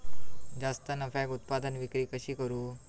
जास्त नफ्याक उत्पादन विक्री कशी करू?